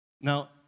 Now